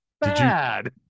bad